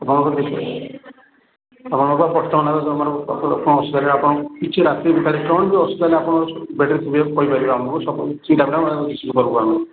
କ'ଣ ଅସୁବିଧା ହେଲେ କିଛି ଆପଣଙ୍କର ବେଡ଼୍ରେ ଥିବେ କହିପାରିବେ ଆମକୁ